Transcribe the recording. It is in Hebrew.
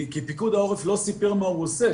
כי פיקוד העורף לא סיפר מה הוא עושה,